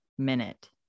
minute